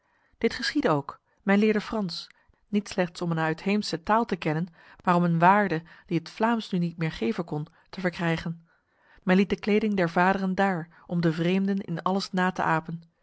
dit geschiedde ook men leerde frans niet slechts om een uitheemse taal te kennen maar om een waarde die het vlaams nu niet meer geven kon te verkrijgen men liet de kleding der vaderen daar om de vreemden in alles na te apen